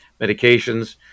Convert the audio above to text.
medications